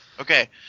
Okay